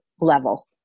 level